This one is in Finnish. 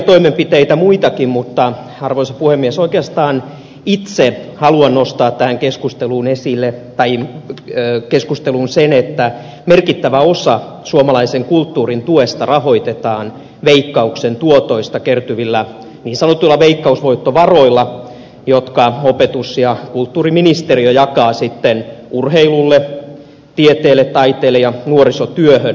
on muitakin hyviä toimenpiteitä mutta arvoisa puhemies oikeastaan itse haluan nostaa tähän keskusteluun sen että merkittävä osa suomalaisen kulttuurin tuesta rahoitetaan veikkauksen tuotoista kertyvillä niin sanotuilla veikkausvoittovaroilla jotka opetus ja kulttuuriministeriö jakaa urheilulle tieteelle taiteelle ja nuorisotyöhön